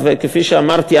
כפי שאמרתי,